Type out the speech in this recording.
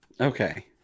Okay